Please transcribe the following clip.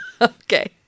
Okay